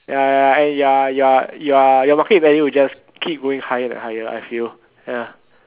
ya ya ya and you're you're you're your market value will just keep going higher and higher I feel ya